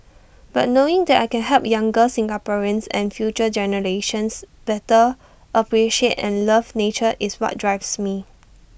but knowing that I can help younger Singaporeans and future generations better appreciate and love nature is what drives me